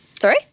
Sorry